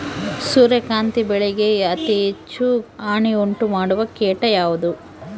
ಸೂರ್ಯಕಾಂತಿ ಬೆಳೆಗೆ ಅತೇ ಹೆಚ್ಚು ಹಾನಿ ಉಂಟು ಮಾಡುವ ಕೇಟ ಯಾವುದು?